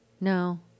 No